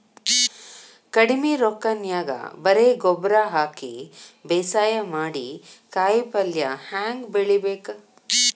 ಕಡಿಮಿ ರೊಕ್ಕನ್ಯಾಗ ಬರೇ ಗೊಬ್ಬರ ಹಾಕಿ ಬೇಸಾಯ ಮಾಡಿ, ಕಾಯಿಪಲ್ಯ ಹ್ಯಾಂಗ್ ಬೆಳಿಬೇಕ್?